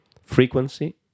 Frequency